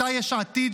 אותה יש עתיד,